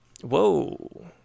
Whoa